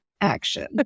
action